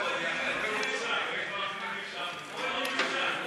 חוק לתיקון פקודת הרוקחים (מס' 26), התשע"ז 2016,